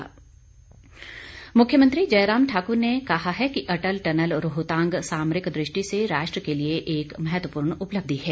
मुख्यमंत्री मुख्यमंत्री जयराम ठाकुर ने कहा है कि अटल टनल रोहतांग सामरिक दृष्टि से राष्ट्र के लिए एक महत्त्वपूर्ण उपलब्धि है